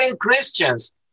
Christians